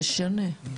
זה שונה.